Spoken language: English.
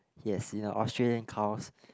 yes in a Australian cows